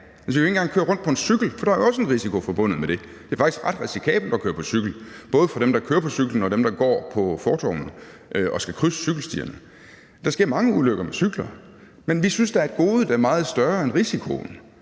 engang køre rundt på en cykel, for der er jo også en risiko forbundet med det. Det er faktisk ret risikabelt at køre på cykel, både for dem, der kører på cyklen, og dem, der går på fortovene og skal krydse cykelstierne. Der sker mange ulykker med cykler. Men vi synes da, at godet er meget større end risikoen,